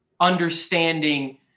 understanding